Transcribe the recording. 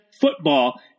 football